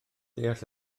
deall